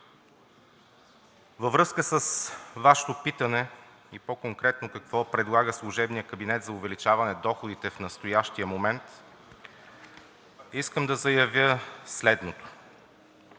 във връзка с Вашето питане и по-конкретно какво предлага служебният кабинет за увеличаване доходите в настоящия момент, искам да заявя следното.